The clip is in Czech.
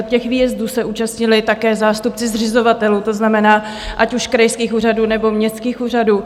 Těch výjezdů se účastnili také zástupci zřizovatelů, to znamená ať už krajských úřadů, nebo městských úřadů.